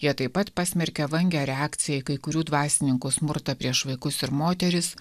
jie taip pat pasmerkė vangią reakciją į kai kurių dvasininkų smurtą prieš vaikus ir moteris